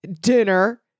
Dinner